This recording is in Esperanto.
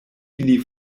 ili